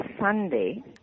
Sunday